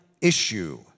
issue